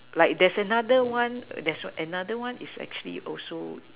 like there's another one err there's a another one is actually also